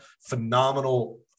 Phenomenal